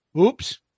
Oops